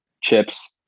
chips